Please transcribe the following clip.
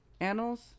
annals